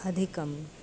अधिकम्